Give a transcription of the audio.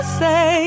say